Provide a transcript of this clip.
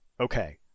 okay